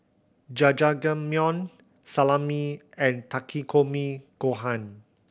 Jajangmyeon Salami and Takikomi Gohan